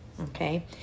okay